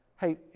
hey